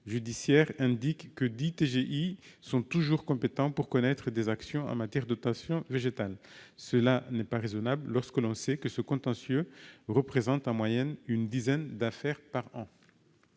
judiciaire indique que dix TGI sont toujours compétents pour connaître des actions en matière d'obtention végétale. Cela n'est pas raisonnable quand on sait que ce contentieux représente en moyenne une dizaine d'affaires par an.